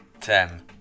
Ten